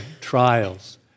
trials